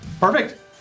Perfect